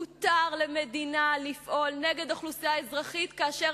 מותר למדינה לפעול נגד אוכלוסייה אזרחית כאשר